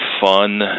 fun